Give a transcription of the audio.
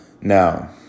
Now